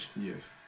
Yes